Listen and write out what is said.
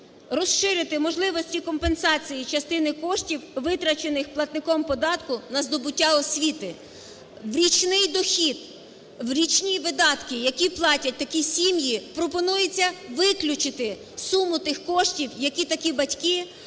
розширити можливості компенсації частини коштів, витрачених платником податку на здобуття освіти. В річний дохід, в річні видатки, які платять такі сім'ї, пропонується виключити суму тих коштів, які такі батьки